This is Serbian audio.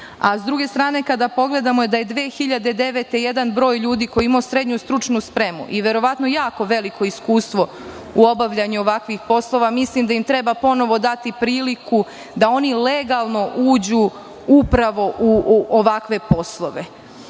S druge strane, kada pogledamo da je 2009. jedan broj ljudi koji je imao srednju stručnu spremu i verovatno jako veliko iskustvo u obavljanju ovakvih poslova, mislim da im treba ponovo dati priliku da oni legalno uđu upravo u ovakve poslove.